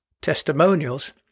testimonials